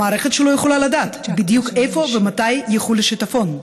המערכת שלו יכולה לדעת בדיוק איפה ומתי יכול להיות שיטפון.